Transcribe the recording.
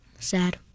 Sad